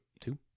two